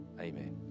Amen